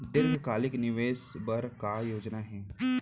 दीर्घकालिक निवेश बर का योजना हे?